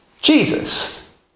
Jesus